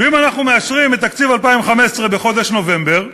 ואם אנחנו מאשרים את תקציב 2015 בחודש נובמבר,